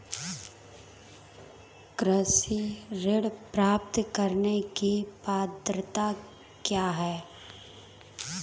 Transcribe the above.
कृषि ऋण प्राप्त करने की पात्रता क्या है?